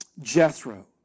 Jethro